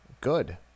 good